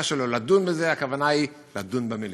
הכוונה של הבקשה שלו לדון בזה היא לדון במליאה.